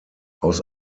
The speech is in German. aus